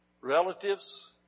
relatives